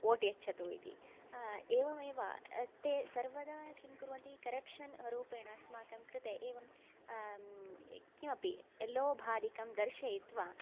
vote यच्छतु इति एवमेव ते सर्वदा किं कुर्वन्ति करप्शन् रूपेण अस्माकं कृते एवं किमपि लोभादिकं दर्शयित्वा